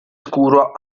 scuro